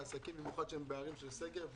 במיוחד בערים של סגר.